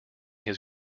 his